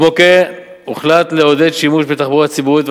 כמו כן הוחלט לעודד את השימוש בתחבורה ציבורית,